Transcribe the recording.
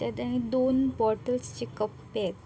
त्यात आणि दोन बॉटल्सचे कप्पे आहेत